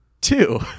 Two